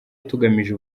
tugamije